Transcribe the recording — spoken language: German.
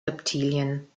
reptilien